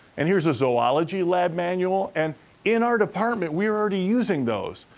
and here's a zoology lab manual, and in our department, we were already using those.